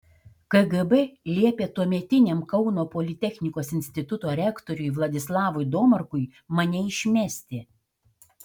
kgb liepė tuometiniam kauno politechnikos instituto rektoriui vladislavui domarkui mane išmesti